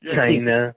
China